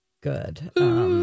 good